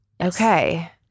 Okay